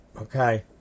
Okay